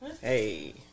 Hey